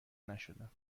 نشدم